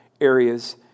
areas